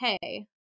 hey